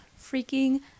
freaking